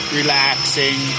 relaxing